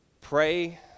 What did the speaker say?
Pray